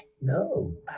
No